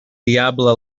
diable